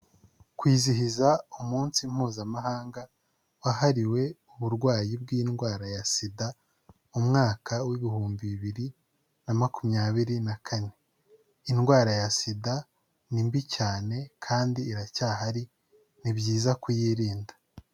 Kwizihiza umunsi mpuzamahanga wahariwe uburwayi bw'indwara ya sida, mu umwaka w'ibihumbi bibiri na makumyabiri na kane. Indwara ya sida ni mbi cyane kandi iracyahari, ni byiza kuyirinda.